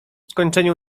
skończeniu